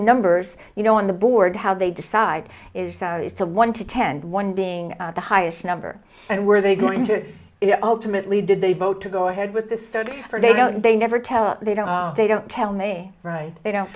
numbers you know on the board how they decide is that it's a one to ten one being the highest number and were they going to ultimately did they vote to go ahead with the study or they don't they never tell they don't they don't tell me right they don't